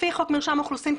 לפי חוק מרשם האוכלוסין,